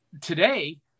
today